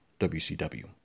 WCW